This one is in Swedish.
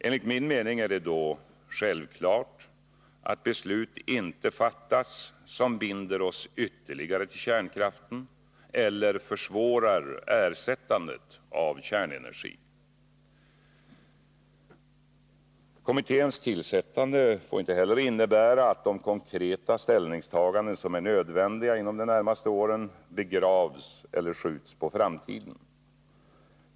Enligt min mening är det då självklart att beslut inte fattas som binder oss ytterligare till kärnkraften eller försvårar ersättandet av kärnenergin. Kommitténs tillsättande får inte heller innebära att de konkreta ställningstaganden som blir nödvändiga inom de närmaste åren begravs eller skjuts på framtiden.